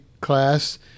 class